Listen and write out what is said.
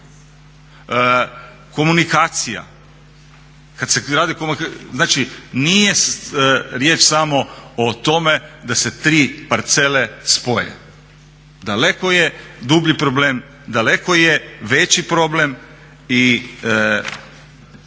Komunikacija, znači nije riječ samo o tome da se tri parcele spoje. Daleko je dublji problem, daleko je veći problem i